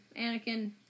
Anakin